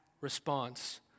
response